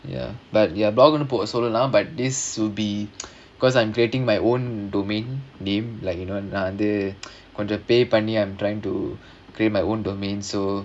ya but ya blog வந்து:vandhu but this will be because I'm getting my own domain name like you நான் வந்து கொஞ்சம்:naan vandhu konjam pay பண்ணி:panni I'm trying to create my own domain so